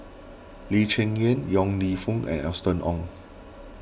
Lee Cheng Yan Yong Lew Foong and Austen Ong